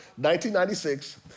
1996